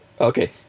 Okay